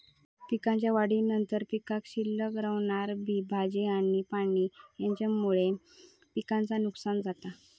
पिकाच्या काढणीनंतर पीकात शिल्लक रवणारा बी, भाजी आणि पाणी हेच्यामुळे पिकाचा नुकसान जाता